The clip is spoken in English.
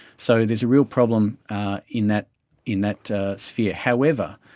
so there is a real problem in that in that sphere. however,